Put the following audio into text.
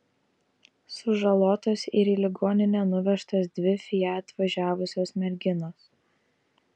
sužalotos ir į ligoninę nuvežtos dvi fiat važiavusios merginos